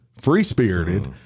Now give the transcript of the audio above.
free-spirited